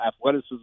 athleticism